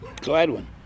Gladwin